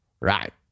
Right